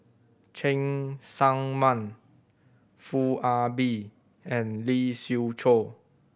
Cheng Tsang Man Foo Ah Bee and Lee Siew Choh